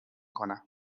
کنم